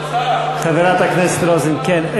כבוד השר, חברת הכנסת רוזין, כן.